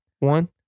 One